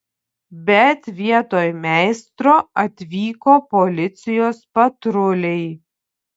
bet vietoj meistro atvyko policijos patruliai